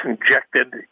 injected